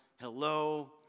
hello